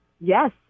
Yes